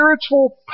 spiritual